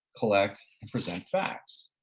collect, and present facts.